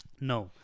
No